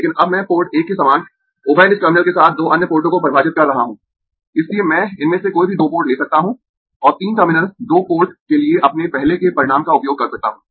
लेकिन अब मैं पोर्ट 1 के समान उभयनिष्ठ टर्मिनल के साथ दो अन्य पोर्टों को परिभाषित कर रहा हूं इसलिए मैं इनमें से कोई भी दो पोर्ट ले सकता हूं और तीन टर्मिनल दो पोर्ट के लिए अपने पहले के परिणाम का उपयोग कर सकता हूं